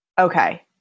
Okay